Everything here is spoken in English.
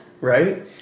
Right